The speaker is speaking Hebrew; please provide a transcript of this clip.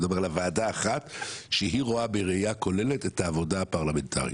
אני מדבר על ועדה אחת שהיא רואה בראייה כוללת את העבודה הפרלמנטרית.